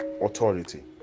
authority